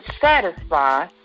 satisfy